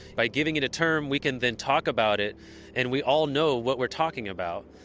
by giving it a term, we can then talk about it and we all know what we're talking about,